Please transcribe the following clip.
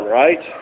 right